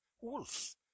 Wolf